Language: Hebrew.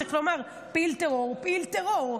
צריך לומר: פעיל טרור הוא פעיל טרור,